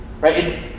Right